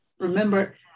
remember